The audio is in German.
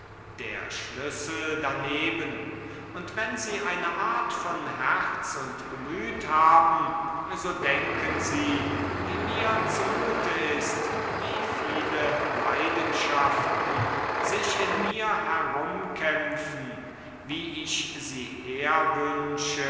der schlüssel daneben und wenn sie eine art von herz und gemüt haben so denken sie wie mir zumute ist wie viele leidenschaften sich in mir herumkämpfen wie ich sie